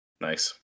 Nice